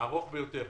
הארוך ביותר.